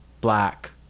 black